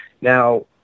now